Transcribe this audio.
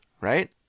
right